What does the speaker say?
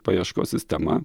paieškos sistema